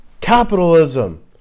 Capitalism